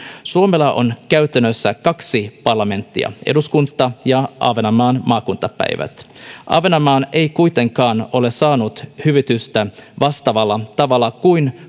suomella on käytännössä kaksi parlamenttia eduskunta ja ahvenanmaan maakuntapäivät ahvenanmaa ei kuitenkaan ole saanut hyvitystä vastaavalla tavalla kuin